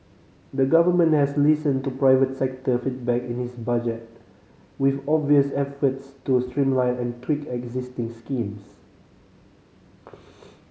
the government has listened to private sector feedback in this Budget with obvious efforts to streamline and tweak existing schemes